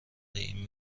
این